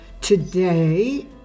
Today